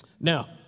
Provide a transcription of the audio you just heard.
Now